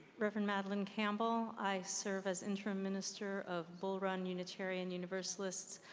reverend madelyn campbell. i serve as interim minister of bull run unitarian universalist.